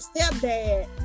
stepdad